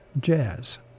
jazz